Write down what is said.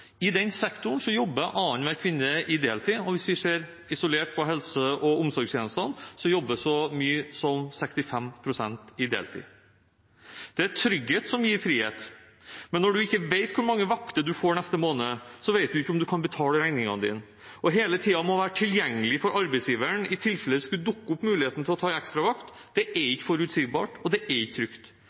I den sektoren jobber annenhver kvinne deltid. Hvis vi ser isolert på helse- og omsorgstjenestene, jobber så mye som 65 pst. deltid. Det er trygghet som gir frihet. Men når man ikke vet hvor mange vakter man får neste måned, vet man ikke om man kan betale regningene sine. Hele tiden å måtte være tilgjengelig for arbeidsgiveren i tilfelle det skulle dukke opp en mulighet til å ta en ekstravakt, er ikke forutsigbart, og det er ikke trygt.